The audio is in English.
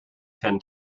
ten